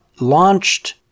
launched